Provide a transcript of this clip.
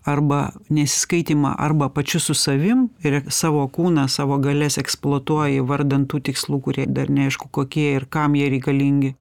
arba nesiskaitymą arba pačiu su savim ir savo kūną savo galias eksploatuoji vardan tų tikslų kurie dar neaišku kokie ir kam jie reikalingi